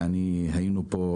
היינו פה,